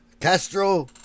Castro